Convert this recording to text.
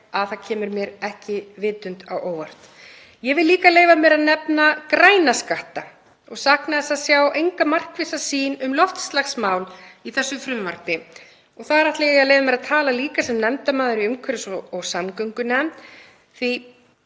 að það kemur mér ekki vitund á óvart. Ég vil líka leyfa mér að nefna græna skatta og sakna þess að sjá enga markvissa sýn um loftslagsmál í þessu frumvarpi. Þar ætla ég að leyfa mér að tala líka sem nefndarmaður í umhverfis- og samgöngunefnd því